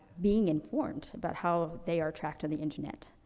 being informed about how they are tracked on the internet.